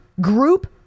group